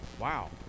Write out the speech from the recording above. Wow